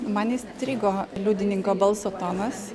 man įstrigo liudininko balso tonas